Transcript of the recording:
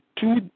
two